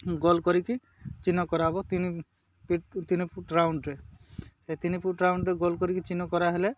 ଗୋଲ କରିକି ଚିହ୍ନ କରାହବ ତିନିି ତିନି ଫୁଟ୍ ରାଉଣ୍ଡରେ ସେ ତିନି ଫୁଟ ରାଉଣ୍ଡରେ ଗୋଲ୍ କରିକି ଚିହ୍ନ କରାହଲେ